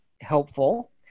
helpful